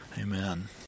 amen